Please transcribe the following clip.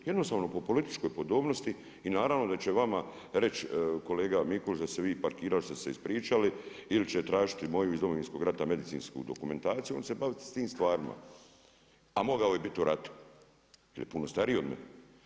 Jednostavno po političkoj podobnosti i naravno da će vama reći kolega Mikulić da ste se vi parkirali, što ste se ispričali ili će tražiti moju iz Domovinskog rata medicinsku dokumentaciju on se baviti s tim stvarima, a mogao je bit u ratu jer je puno stariji od mene.